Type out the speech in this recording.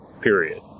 period